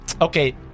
Okay